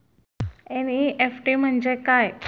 NEFT म्हणजे काय?